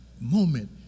moment